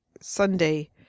Sunday